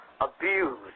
abused